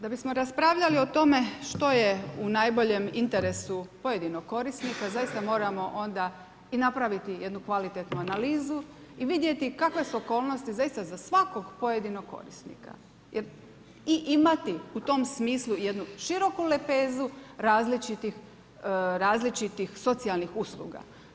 Da bismo raspravljali o tome što je u najboljem interesu pojedinog korisnika, zaista moramo onda i napraviti jednu kvalitetnu analizu i vidjeti kakve su okolnosti zaista za svakog pojedinog korisnika jer i imati u tom smislu jednu široku lepezu različitih socijalnih usluga.